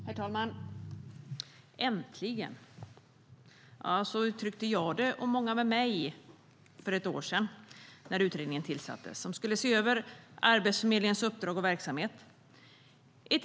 Herr talman! Äntligen! Så uttryckte jag och många med mig det för ett år sedan när den utredning tillsattes som skulle se över Arbetsförmedlingens uppdrag och verksamhet.